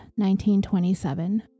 1927